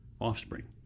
offspring